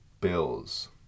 Bills